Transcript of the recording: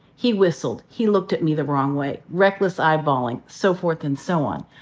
he whistled. he looked at me the wrong way. reckless eyeballing, so forth and so on.